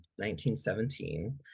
1917